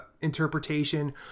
Interpretation